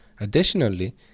Additionally